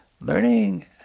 learning